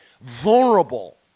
vulnerable